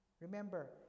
Remember